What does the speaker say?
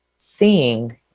seeing